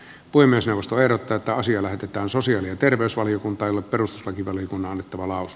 voimme sivusta verot jotta asia lähetetään sosiaali ja terveysvaliokunta elo peruslakivaliokunnan että maalaus